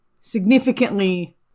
significantly